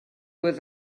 was